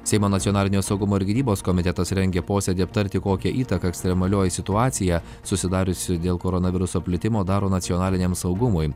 seimo nacionalinio saugumo ir gynybos komitetas rengia posėdį aptarti kokią įtaką ekstremalioji situacija susidariusi dėl koronaviruso plitimo daro nacionaliniam saugumui